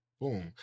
Boom